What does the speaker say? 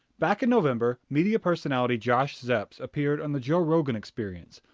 back in november media personality josh zepps appeared on the joe rogan experience,